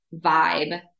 vibe